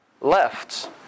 left